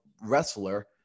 wrestler